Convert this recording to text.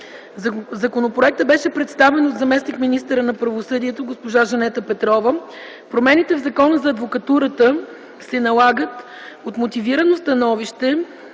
Законопроектът беше представен от заместник-министъра на правосъдието госпожа Жанета Петрова. Промените в Закона за адвокатурата (ЗА) се налагат от мотивирано становище